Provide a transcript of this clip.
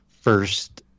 first